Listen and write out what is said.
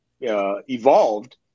evolved